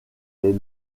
les